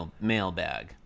mailbag